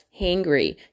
hangry